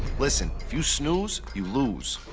listen, you snooze, you lose.